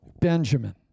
Benjamin